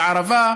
בערבה,